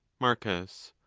marcus.